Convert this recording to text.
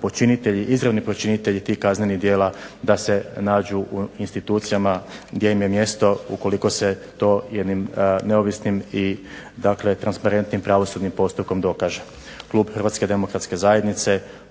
počinitelji, izravni počinitelji tih kaznenih djela da se nađu u institucijama gdje im je mjesto ukoliko se to jednim neovisnim i transparentnim pravosudnim postupkom dokaže. Klub Hrvatske demokratske zajednice